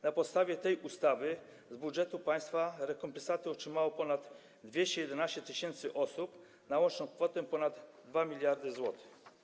Na podstawie tej ustawy z budżetu państwa rekompensaty otrzymało ponad 211 tys. osób na łączną kwotę ponad 2 mld zł.